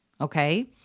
Okay